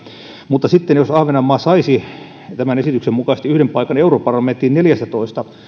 mutta sitten jos ahvenanmaa saisi tämän esityksen mukaisesti yhden paikan europarlamenttiin neljästätoista